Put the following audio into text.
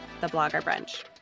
thebloggerbrunch